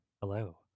Hello